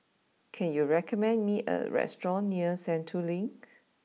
can you recommend me a restaurant near Sentul Link